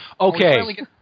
Okay